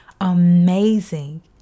amazing